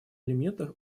элементов